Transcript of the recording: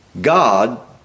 God